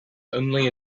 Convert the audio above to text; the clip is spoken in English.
only